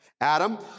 Adam